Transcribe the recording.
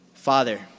Father